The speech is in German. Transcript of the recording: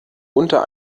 unter